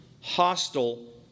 hostile